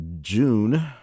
June